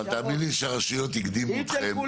אבל תאמין לי שהרשויות הקדימו אתכם